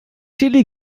chili